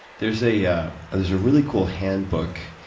there's a yeah ah there's a really cool handbook,